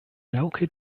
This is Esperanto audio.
raŭke